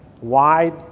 wide